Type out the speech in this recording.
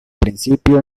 principio